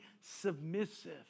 submissive